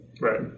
right